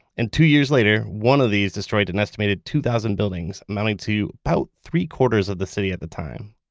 and two years later, one of these destroyed an estimated two thousand buildings, amounting to about three-quarters of the city at the time.